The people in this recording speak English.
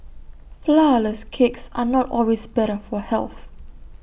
Flourless Cakes are not always better for health